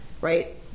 right